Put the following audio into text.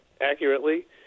accurately